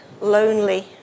lonely